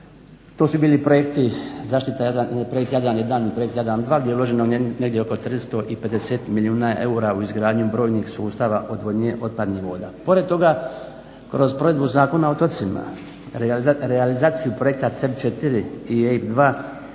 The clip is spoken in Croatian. Jadran 1, projekt Jadran 2, gdje je uloženo negdje oko 350 milijuna eura u izgradnju brojnih sustava odvodnje otpadnih voda. Pored toga kroz provedbu Zakona o otocima, realizaciju projekata C4 je i